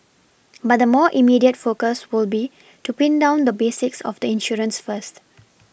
but the more immediate focus will be to Pin down the basics of the insurance first